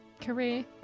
career